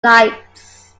flights